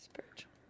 Spiritual